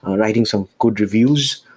writing some good reviews,